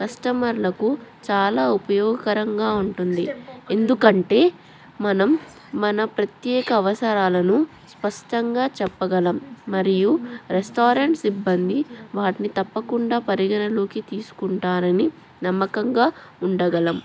కస్టమర్లకు చాలా ఉపయోగకరంగా ఉంటుంది ఎందుకంటే మనం మన ప్రత్యేక అవసరాలను స్పష్టంగా చెప్పగలం మరియు రెస్టారెంట్ సిబ్బంది వాటిని తప్పకుండా పరిగణలోకి తీసుకుంటారని నమ్మకంగా ఉండగలం